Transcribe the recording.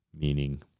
Meaning